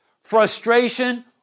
frustration